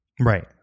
Right